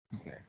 Okay